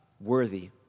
worthy